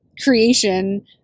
creation